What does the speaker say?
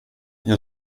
jag